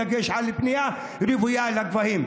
בדגש על בנייה רוויה לגבהים.